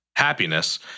happiness